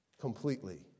completely